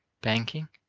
banking,